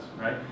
Right